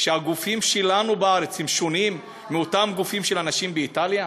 שהגופים שלנו בארץ הם שונים מאותם גופים של האנשים באיטליה?